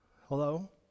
Hello